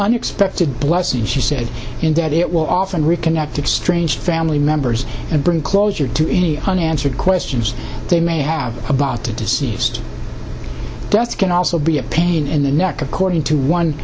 unexpected blessing she said in that it will often reconnected strange family members and bring closure to any unanswered questions they may have about the deceased deaths can also be a pain in the neck according to one